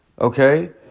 okay